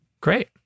great